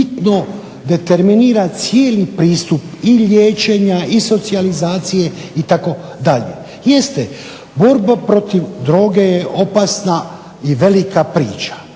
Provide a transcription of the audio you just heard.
I to bitno determinira cijeli pristup liječenja i socijalizacije itd. Jeste, borba protiv droge je opasna i velika priča.